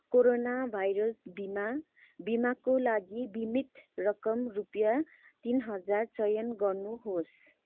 corona virus बिमा बिमाको लागि बिमित रकम रुपिँया तिन हजार चयन गर्नुहोस्